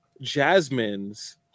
Jasmine's